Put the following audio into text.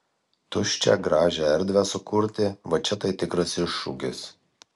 tuščią gražią erdvę sukurti va čia tai tikras iššūkis